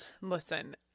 Listen